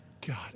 God